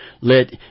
Let